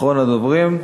אחרון הדוברים,